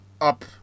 up